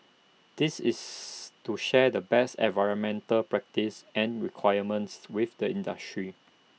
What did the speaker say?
this is to share the best environmental practices and requirements with the industry